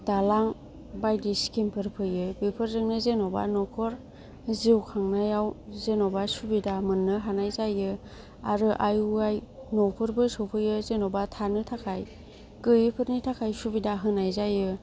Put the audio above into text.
दालां बाइदि सिखिमफोर फैयो बेफोरजोंनो जेन'बा नखर जिउ खांनायाव जेन'बा सुबिदा मोननो हानाय जायो आरो आय ए वाइ न'फोरबो सफैयो जेन'बा थानो थाखाय गैयै फोरनि थाखाय सुबिदा होनाय जायो